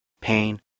pain